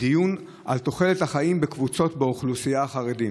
בדיון על תוחלת החיים בקבוצות באוכלוסייה: החרדים,